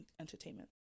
entertainment